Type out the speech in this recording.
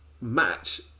match